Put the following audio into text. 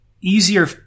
easier